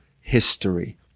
history